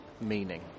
Meaning